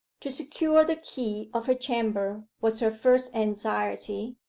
to secure the key of her chamber was her first anxiety,